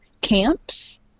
camps